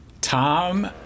Tom